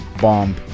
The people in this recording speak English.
bomb